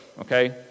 okay